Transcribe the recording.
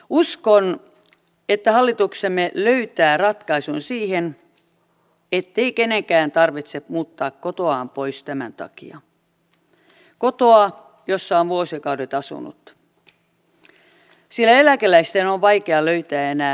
uskon että hallituksemme löytää ratkaisun siihen ettei kenenkään tarvitse muuttaa kotoaan pois tämän takia kotoa jossa on vuosikaudet asunut sillä eläkeläisten on vaikea löytää enää lisää ansioita